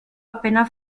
appena